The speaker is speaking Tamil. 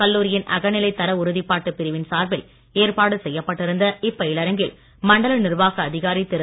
கல்லூரியின் அகநிலை தர உறுதிப்பாட்டுப் பிரிவின் சார்பில் ஏற்பாடு செய்யப்பட்டு இருந்த இப்பயிலரங்கில் மண்டல நிர்வாக அதிகார் திரு